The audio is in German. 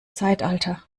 zeitalter